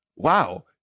Wow